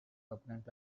propellant